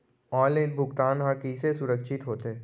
Online भुगतान हा कइसे सुरक्षित होथे?